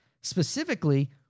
Specifically